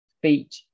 feet